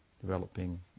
developing